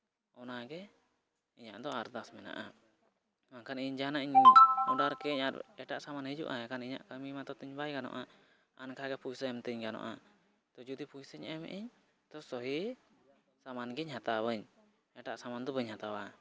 ᱚᱱᱟᱜᱮ ᱤᱧᱟᱹᱜ ᱫᱚ ᱟᱨᱫᱟᱥ ᱢᱮᱱᱟᱜᱼᱟ ᱵᱟᱝᱠᱷᱟᱱ ᱤᱧ ᱡᱟᱦᱟᱱᱟᱜ ᱤᱧ ᱚᱰᱟᱨ ᱠᱮᱫᱟᱹᱧ ᱟᱨ ᱮᱴᱟᱜ ᱥᱟᱢᱟᱱ ᱦᱤᱡᱩᱜᱼᱟ ᱮᱱᱠᱷᱟᱱ ᱤᱧᱟᱹᱜ ᱠᱟᱹᱢᱤ ᱢᱟᱛᱚ ᱛᱤᱧ ᱵᱟᱭ ᱜᱟᱱᱚᱜᱼᱟ ᱟᱱᱠᱷᱟᱜᱮ ᱯᱩᱭᱥᱟᱹ ᱮᱢᱛᱤᱧ ᱜᱟᱱᱚᱜᱼᱟ ᱡᱩᱫᱤ ᱯᱩᱭᱥᱟᱹᱧ ᱮᱢ ᱮᱫᱟᱹᱧ ᱛᱳ ᱥᱟᱹᱦᱤ ᱥᱟᱢᱟᱱᱜᱤᱧ ᱦᱟᱛᱟᱣᱟᱹᱧ ᱮᱴᱟᱜ ᱥᱟᱢᱟᱱ ᱫᱚ ᱵᱟᱹᱧ ᱦᱟᱛᱟᱣᱟ